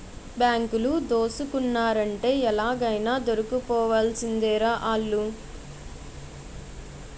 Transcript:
బాంకులు దోసుకున్నారంటే ఎలాగైనా దొరికిపోవాల్సిందేరా ఆల్లు